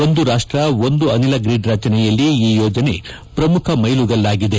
ಒಂದು ರಾಷ್ಟ್ರ ಒಂದು ಅನಿಲ ಗ್ರಿಡ್ ರಚನೆಯಲ್ಲಿ ಈ ಯೋಜನೆ ಪ್ರಮುಖ ಮೈಲುಗಲ್ಲಾಗಿದೆ